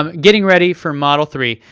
um getting ready for model three.